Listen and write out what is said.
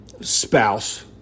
spouse